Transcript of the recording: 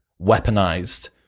weaponized